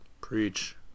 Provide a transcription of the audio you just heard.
preach